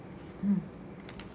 mm